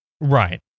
Right